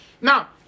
Now